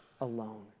alone